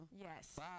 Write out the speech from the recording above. Yes